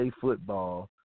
football